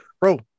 Bro